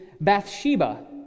Bathsheba